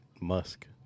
Musk